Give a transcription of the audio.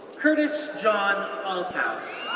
curtis john althouse,